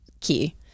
key